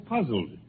puzzled